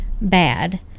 bad